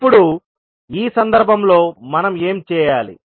ఇప్పుడు ఈ సందర్భంలో మనం ఏమి చేయాలి